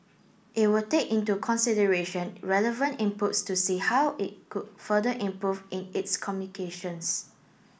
it will take into consideration relevant inputs to see how it could further improve in its communications